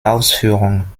ausführung